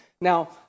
Now